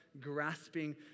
grasping